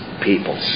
people